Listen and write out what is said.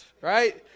right